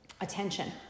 attention